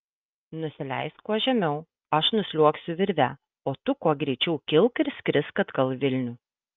nusileisk kuo žemiau aš nusliuogsiu virve o tu kuo greičiau kilk ir skrisk atgal į vilnių